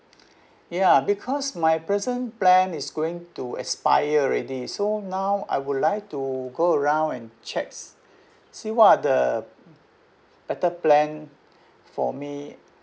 ya because my present plan is going to expire already so now I would like to go around and checks see what are the better plan for me